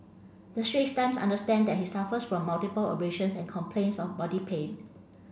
the Straits Times understand that he suffers from multiple abrasions and complains of body pain